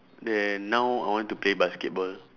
then now I want to play basketball